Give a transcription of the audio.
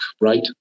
right